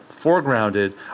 foregrounded